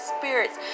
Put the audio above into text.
spirits